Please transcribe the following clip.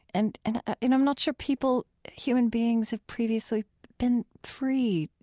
and and and i'm not sure people, human beings have previously been free,